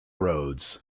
roads